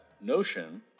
notion